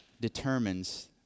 determines